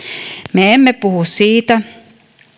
me emme puhu siitä